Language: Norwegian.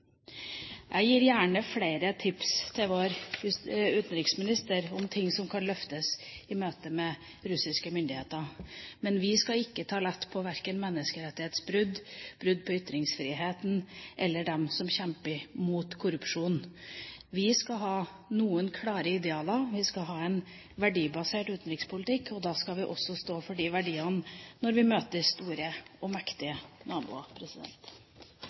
Jeg gir gjerne flere tips til vår utenriksminister om ting som kan løftes i møte med russiske myndigheter. Men vi skal ikke ta lett på verken menneskerettighetsbrudd, brudd på ytringsfriheten eller kampen mot korrupsjon. Vi skal ha noen klare idealer. Vi skal ha en verdibasert utenrikspolitikk, og da skal vi også stå for de verdiene når vi møter store og mektige naboer.